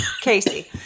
Casey